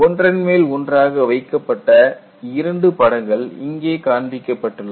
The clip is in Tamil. ஒன்றன் மேல் ஒன்றாக வைக்கப்பட்ட இரண்டு படங்கள் இங்கே காண்பிக்கப்பட்டுள்ளது